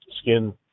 skin